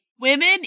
Women